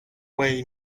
way